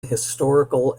historical